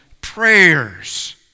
prayers